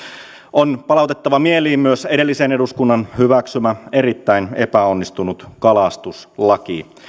on palautettava mieliin myös edellisen eduskunnan hyväksymä erittäin epäonnistunut kalastuslaki